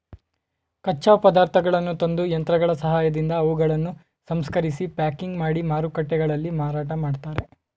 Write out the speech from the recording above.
ಕಚ್ಚಾ ಪದಾರ್ಥಗಳನ್ನು ತಂದು, ಯಂತ್ರಗಳ ಸಹಾಯದಿಂದ ಅವುಗಳನ್ನು ಸಂಸ್ಕರಿಸಿ ಪ್ಯಾಕಿಂಗ್ ಮಾಡಿ ಮಾರುಕಟ್ಟೆಗಳಲ್ಲಿ ಮಾರಾಟ ಮಾಡ್ತರೆ